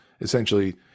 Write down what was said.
essentially